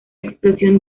explosión